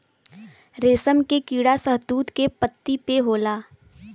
रेशम के कीड़ा शहतूत के पत्ती पे होला